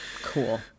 Cool